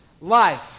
life